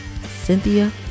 Cynthia